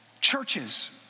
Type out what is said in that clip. Churches